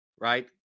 Right